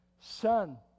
son